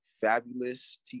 fabulous